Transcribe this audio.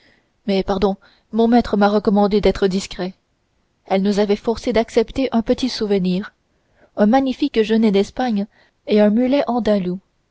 mais pardon mon maître m'a recommandé d'être discret elle nous avait forcés d'accepter un petit souvenir un magnifique genet d'espagne et un mulet andalou